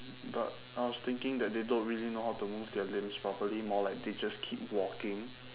but I was thinking that they don't really know how to move their limbs properly more like they just keep walking